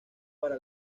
para